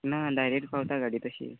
ना डायरेक्ट पावता गाडी तशी